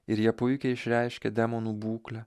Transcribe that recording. ir jie puikiai išreiškia demonų būklę